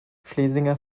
schlesinger